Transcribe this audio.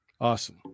awesome